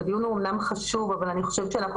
הדיון הוא אומנם חשוב אבל אני חושבת שאנחנו